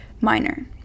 minor